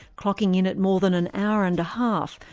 clocking in at more than an hour and a half,